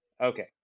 Okay